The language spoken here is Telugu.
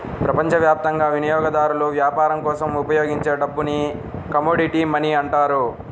ప్రపంచవ్యాప్తంగా వినియోగదారులు వ్యాపారం కోసం ఉపయోగించే డబ్బుని కమోడిటీ మనీ అంటారు